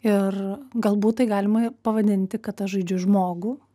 ir galbūt tai galima pavadinti kad aš žaidžiu žmogų